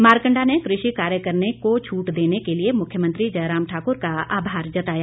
मारकंडा ने कृषि कार्य करने को छूट देने के लिए मुख्यमंत्री जयराम ठाकुर का आभार जताया